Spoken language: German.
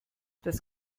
das